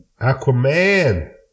Aquaman